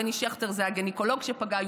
בני שכטר זה הגניקולוג שפגע,